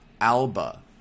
Alba